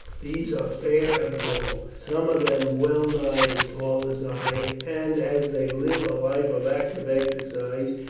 these are fair and tall, some of them well nigh as tall as i, and as they live a life of active exercise,